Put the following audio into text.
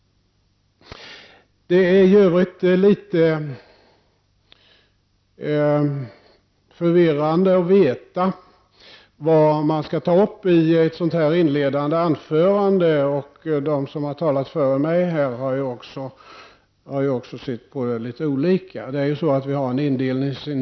I övrigt är det något förvirrande att veta vad man skall ta upp i ett inledningsanförande. De tidigare talarna har ju också haft litet olika utgångspunkter.